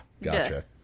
Gotcha